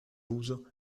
uso